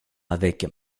avec